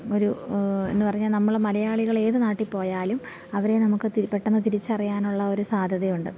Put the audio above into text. ഒരു എന്നുപറഞ്ഞാൽ നമ്മൾ മലയാളികൾ ഏതു നാട്ടിൽ പോയാലും അവരെ നമുക്ക് പെട്ടെന്ന് തിരിച്ചറിയാനുള്ള ഒരു സാധ്യതയുണ്ട്